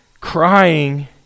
crying